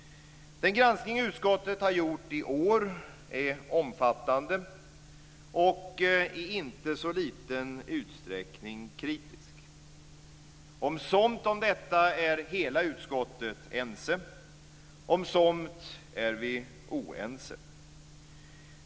Den granskning utskottet har gjort i år är omfattande och i inte så liten utsträckning kritisk. Om somt är hela utskottet ense, om somt är vi oense.